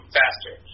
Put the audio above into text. faster